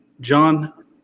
John